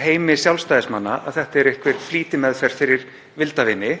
heimi Sjálfstæðismanna að þetta sé einhver flýtimeðferð fyrir vildarvini,